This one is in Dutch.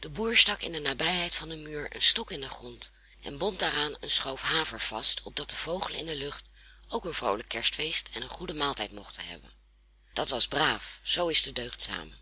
de boer stak in de nabijheid van den muur een stok in den grond en bond daaraan een schoof haver vast opdat de vogelen in de lucht ook een vroolijk kerstfeest en een goeden maaltijd mochten hebben dat was braaf zoo is de deugdzame